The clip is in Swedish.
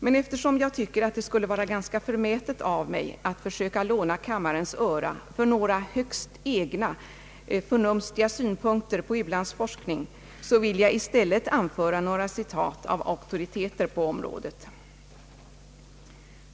Men eftersom jag tycker att det skulle vara ganska förmätet av mig att försöka låna kammarens öra för några högst egna, förnumstiga synpunkter på ulandsforskning, vill jag i stället anföra några citat av auktoriteter på området.